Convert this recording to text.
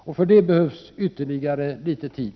För det behövs ytterligare litet tid.